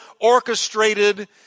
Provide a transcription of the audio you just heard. orchestrated